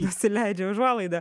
nusileidžia užuolaida